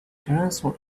transform